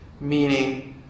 meaning